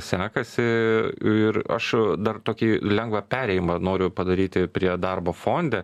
sekasi ir aš dar tokį lengvą perėjimą noriu padaryti prie darbo fonde